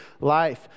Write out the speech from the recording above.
life